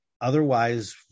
Otherwise